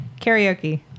karaoke